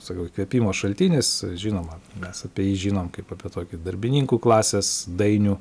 sakau įkvėpimo šaltinis žinoma mes apie jį žinom kaip apie tokį darbininkų klasės dainių